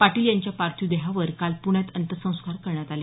पाटील यांच्या पार्थिव देहावर काल प्रण्यात अत्यसस्कार करण्यात आले